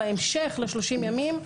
בהמשך ל-30 ימים,